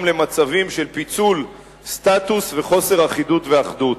למצבים של פיצול סטטוס וחוסר אחידות ואחדות.